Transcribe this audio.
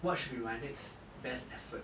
what should be my next best effort